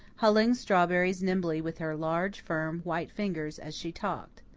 hulling strawberries nimbly with her large, firm, white fingers as she talked.